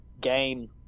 game